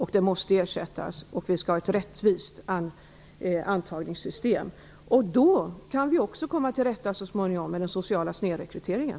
Det måste ersättas, och vi skall ha ett rättvist antagningssystem. Då kan vi så småningom också komma till rätta med den sociala snedrekryteringen.